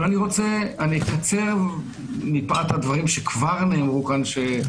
אבל אני אקצר מפאת הדברים שכבר נאמרו כאן,